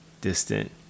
distant